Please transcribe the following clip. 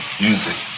music